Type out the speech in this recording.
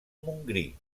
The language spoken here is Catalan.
montgrí